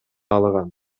алган